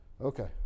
Okay